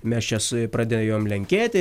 mes čias pradėjom lenkėti